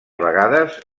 vegades